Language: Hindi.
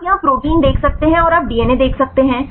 आप यहां प्रोटीन देख सकते हैं और आप डीएनए देख सकते हैं